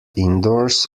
indoors